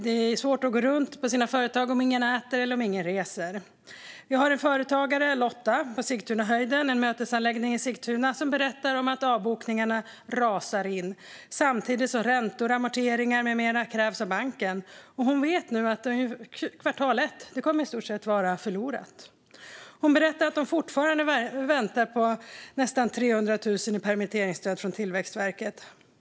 Där har man svårt att gå runt i sina företag om ingen äter och ingen reser. Företagaren Lotta på Sigtunahöjden, en mötesanläggning i Sigtuna, berättar att avbokningarna rasar in, samtidigt som räntor, amorteringar med mera krävs av banken. Hon vet nu att kvartal 1 i stort sett kommer att vara förlorat. Hon berättar att de fortfarande väntar på nästan 300 000 i permitteringsstöd från Tillväxtverket.